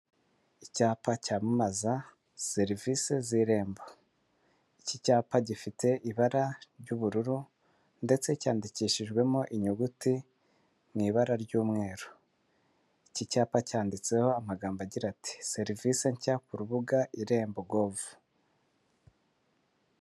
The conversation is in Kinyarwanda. Icyapa cyamamaza serivise z'Irembo. Iki cyapa gifite ibara ry'ubururu ndetse cyandikishijwemo inyuguti mu ibara ry'umweru. Iki cyapa cyanditseho amagambo agira ati serivise nshya ku rubuga Irembo govu.